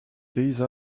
these